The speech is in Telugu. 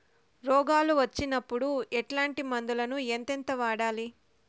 రోగాలు వచ్చినప్పుడు ఎట్లాంటి మందులను ఎంతెంత వాడాలి?